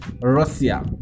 Russia